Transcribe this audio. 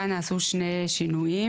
כאן נעשו שני שינויים,